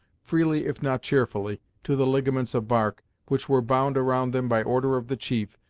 freely if not cheerfully, to the ligaments of bark, which were bound around them by order of the chief,